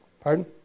Pardon